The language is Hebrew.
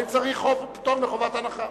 אני צריך פטור מחובת ההנחה.